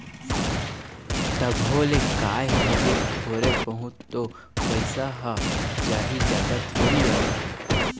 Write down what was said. तभो ले काय होगे थोरे बहुत तो पइसा ह जाही जादा थोरी जाही